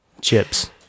Chips